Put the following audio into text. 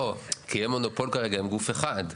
לא, כי הם מונופול כרגע עם גוף אחד.